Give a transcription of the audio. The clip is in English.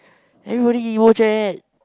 everybody emo Jack